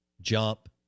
jump